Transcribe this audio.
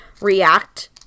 react